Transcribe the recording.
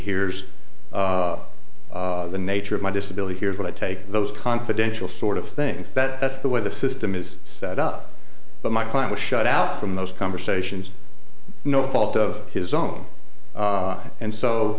here's the nature of my disability here's what i take those confidential sort of things that that's the way the system is set up but my client was shut out from those conversations no fault of his own and so